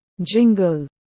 jingle